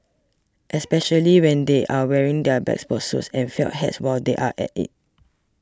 especially when they are wearing their bespoke suits and felt hats while they are at it